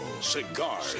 Cigar